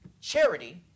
charity